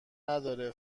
نداره